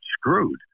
screwed